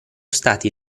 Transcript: stati